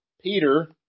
Peter